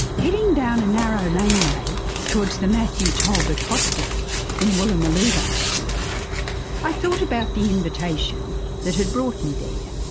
heading down a narrow laneway towards the matthew talbot hostel in woolloomooloo late last year i thought about the invitation that had brought me there.